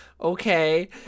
Okay